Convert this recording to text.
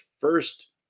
first